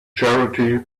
charity